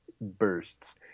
bursts